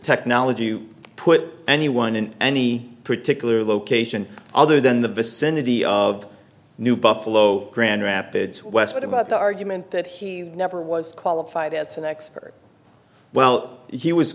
technology you put anyone in any particular location other than the vicinity of new buffalo grand rapids west but about the argument that he never was qualified as an expert well he was